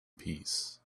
peace